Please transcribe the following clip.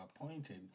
appointed